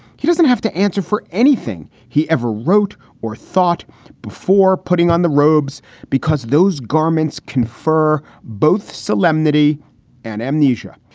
he doesn't have to answer for anything he ever wrote or thought before putting on the robes because those garments confer both solemnity and amnesia.